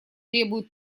требуют